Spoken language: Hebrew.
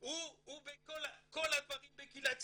שהוא בכל הדברים בקהילה הצרפתית,